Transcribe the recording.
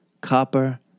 copper